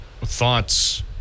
thoughts